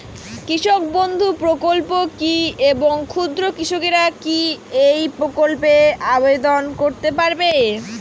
কৃষক বন্ধু প্রকল্প কী এবং ক্ষুদ্র কৃষকেরা কী এই প্রকল্পে আবেদন করতে পারবে?